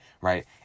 Right